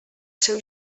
seu